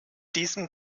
diesem